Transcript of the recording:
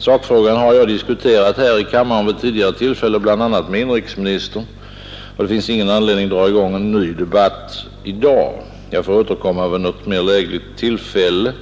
Sakfrågan har jag diskuterat här i kammaren vid tidigare tillfällen, med bl.a. inrikesministern, att det finns ingen anledning att dra i gång en ny debatt i dag. Jag får återkomma vid något mera lägligt tillfälle,